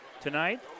tonight